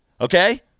Okay